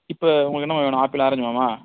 இப்போ உங்களுக்கு என்னம்மா வேணும் ஆப்பிளா ஆரெஞ்ச் பழமா